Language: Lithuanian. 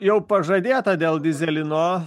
jau pažadėta dėl dyzelino